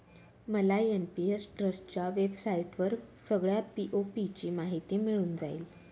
मला एन.पी.एस ट्रस्टच्या वेबसाईटवर सगळ्या पी.ओ.पी ची माहिती मिळून जाईल